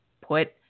put